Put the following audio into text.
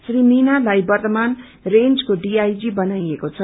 श्री मीणालाई वर्दमान रेँजको डिआईजी बनाईएको छ